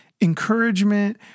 encouragement